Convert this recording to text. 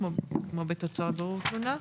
כמו בתוצאות בירור תלונה.